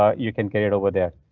ah you can get it over there,